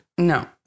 No